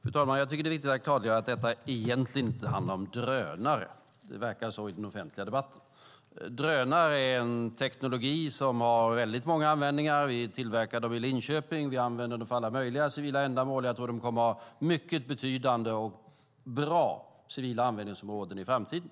Fru talman! Jag tycker att det är viktigt att klargöra att detta egentligen inte handlar om drönare. Det verkar så i den offentliga debatten. Drönare är en teknik som har väldigt många användningar. Vi tillverkar sådana i Linköping, och vi använder dem för alla möjliga civila ändamål. Jag tror att de kommer att ha mycket betydande och bra civila användningsområden i framtiden.